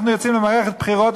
אנחנו יוצאים למערכת בחירות.